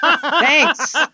Thanks